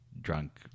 drunk